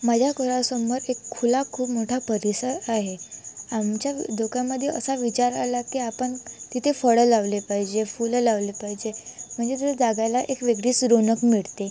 माझ्या घरासमोर एक खुला खूप मोठा परिसर आहे आमच्या डोक्यामध्ये असा विचार आला की आपण तिथे फळं लावले पाहिजे फुलं लावले पाहिजे म्हणजे ज जागेला एक वेगळीच रोनक मिळते